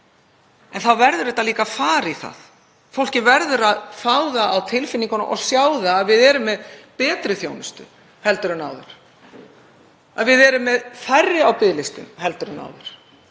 En þá verður líka að fara í það. Fólk verður að fá það á tilfinninguna og sjá að við erum með betri þjónustu en áður, að við erum með færri á biðlistum en áður.